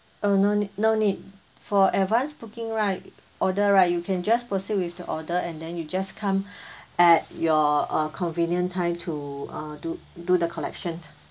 oh no need no need for advance booking right order right you can just proceed with the order and then you just come at your uh convenient time to uh do do the collection